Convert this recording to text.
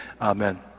Amen